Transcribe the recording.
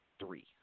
three